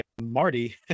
Marty